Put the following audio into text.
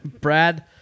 Brad